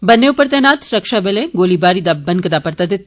बन्ने उप्पर तैनात सुरक्षाबलें गोलीबारी दा परता दिता